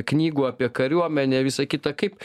knygų apie kariuomenę visa kita kaip